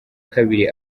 kabiri